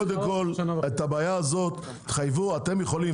אתם יכולים,